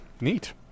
neat